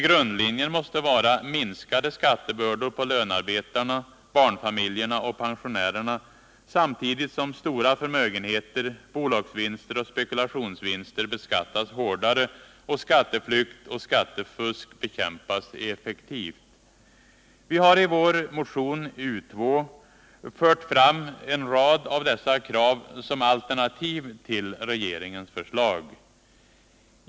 Grundlinjen måste vara minskade skattebördor på lönarbetarna, barnfamiljerna och pensionärerna, samtidigt som stora förmögenheter, bolagsvinster och spekulationsvinster beskattas hårdare och skatteflykt och skattefusk bekämpas effektivt. Vi har i vår motion U:2 fört fram en rad av dessa krav som alternativ till regeringens förslag.